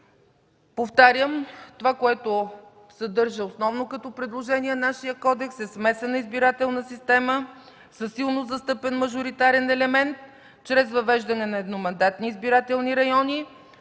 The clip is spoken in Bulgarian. Повтарям: това, което съдържа основно като предложение нашият кодекс, е смесена избирателна система със силно застъпен мажоритарен елемент чрез въвеждане на едномандатни избирателни райони,